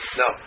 no